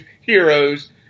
Heroes